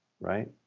Right